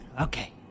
Okay